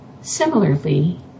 Similarly